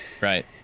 Right